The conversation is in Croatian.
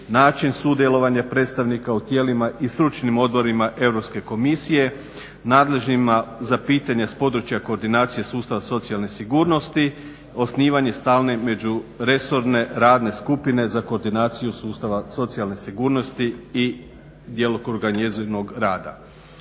način sudjelovanja predstavnika u tijelima i stručnim odborima Europske komisije nadležnima za pitanja s područja koordinacije sustava socijalne sigurnosti, osnivanje stalne međuresorne radne skupine za koordinaciju sustava socijalne sigurnosti i djelokruga njezinog rada.